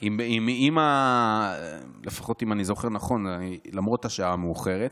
אם אני זוכר נכון למרות השעה המאוחרת,